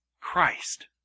Christ